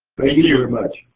very much.